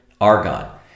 argon